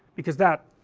because that,